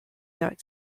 york